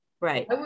Right